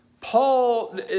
Paul